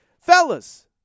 Fellas